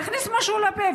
להכניס משהו לפה,